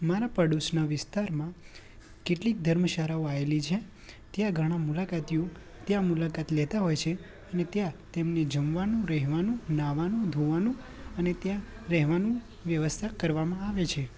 મારા પડોશના વિસ્તારમાં કેટલીક ધર્મશાળાઓ આવેલી છે ત્યાં ઘણા મુલાકાતીઓ ત્યાં મુલાકાત લેતા હોય છે અને ત્યાં તેમની જમવાનું રહેવાનું નાહ્વાનું ધોવાનું અને ત્યાં રહેવાનું વ્યવસ્થા કરવામાં આવે છે